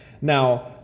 now